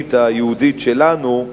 הציונית היהודית שלנו,